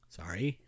sorry